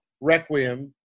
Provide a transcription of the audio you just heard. Requiem